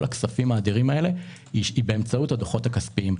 הכספים האדירים האלה היא באמצעות הדוחות הכספיים.